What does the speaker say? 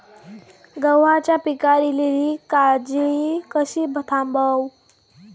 गव्हाच्या पिकार इलीली काजळी कशी थांबव?